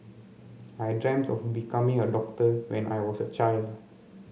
I dreamt of becoming a doctor when I was a child